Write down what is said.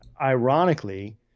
ironically